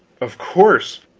of course!